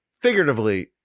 figuratively